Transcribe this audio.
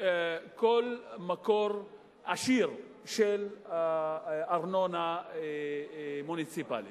כל מקור עשיר של ארנונה מוניציפלית.